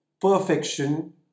perfection